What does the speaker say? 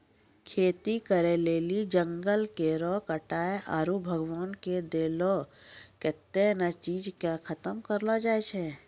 खेती करै लेली जंगल केरो कटाय आरू भगवान के देलो कत्तै ने चीज के खतम करलो जाय छै